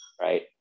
right